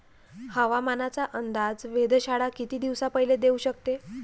हवामानाचा अंदाज वेधशाळा किती दिवसा पयले देऊ शकते?